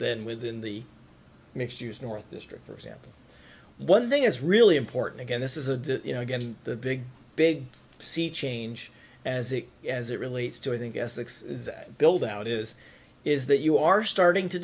then within the mixed use north district for example one thing is really important again this is a you know getting the big big sea change as it as it relates to i think essex build out is is that you are starting to